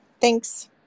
Thanks